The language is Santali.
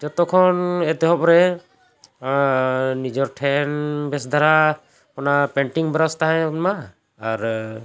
ᱡᱚᱛᱚ ᱠᱷᱚᱱ ᱮᱛᱚᱦᱚᱵ ᱨᱮ ᱱᱤᱡᱚᱨ ᱴᱷᱮᱱ ᱵᱮᱥ ᱫᱷᱟᱨᱟ ᱚᱱᱟ ᱯᱮᱱᱴᱤᱝ ᱵᱨᱟᱥ ᱛᱟᱦᱮᱱ ᱢᱟ ᱟᱨ